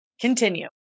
Continue